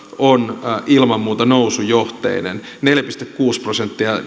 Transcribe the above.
on ilman muuta nousujohteinen neljä pilkku kuusi prosenttia ja